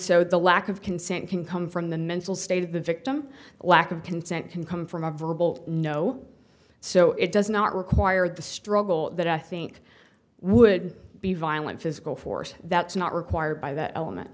so the lack of consent can come from the mental state of the victim a lack of consent can come from a verbal no so it does not require the struggle that i think would be violent physical force that's not required by the element